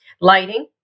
lighting